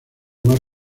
más